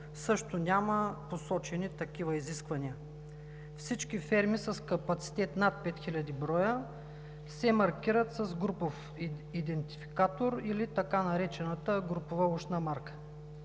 също няма посочени такива изисквания. Всички ферми с капацитет над 5000 броя се маркират с групов идентификатор или така наречената групова ушна марка.